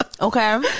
okay